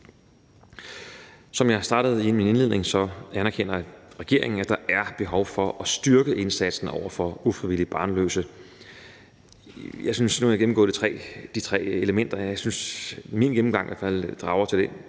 Som jeg startede med i min indledning, anerkender regeringen, at der er behov for at styrke indsatsen over for ufrivilligt barnløse. Nu har jeg gennemgået de tre elementer, og jeg synes, at min gennemgang fører til den